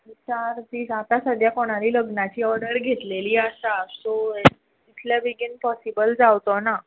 चार दीस आता सध्या कोणाली लग्नाची ऑर्डर घेतलेली आसा सो इतले बेगीन पोसिबल जावचोना